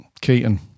Keaton